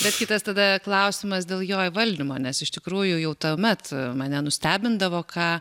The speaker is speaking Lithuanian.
bet kitas tada klausimas dėl jo valdymo nes iš tikrųjų jau tuomet mane nustebindavo ką